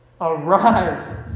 arise